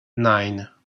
nine